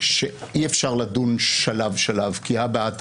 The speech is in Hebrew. שאי-אפשר לדון שלב שלב, כי הא בהא תליא,